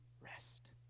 rest